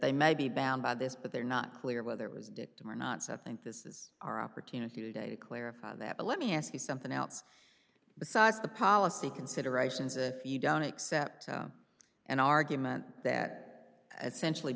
they may be bound by this but they're not clear whether it was dictum or not set think this is our opportunity today to clarify that but let me ask you something else besides the policy considerations if you don't accept an argument that essentially